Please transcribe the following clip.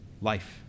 life